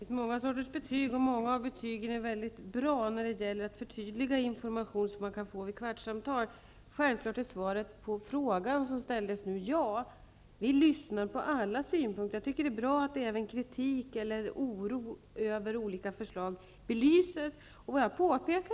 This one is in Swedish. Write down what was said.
Fru talman! Det finns många sorters betyg, varav många är väldigt bra när det gäller att förtydliga den information som ges vid kvartssamtal. Självfallet är svaret på frågan som ställdes ja. Vi lyssnar på alla synpunkter. Det är bra att även kritik och oro över olika förslag belyses.